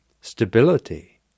stability